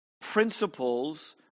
principles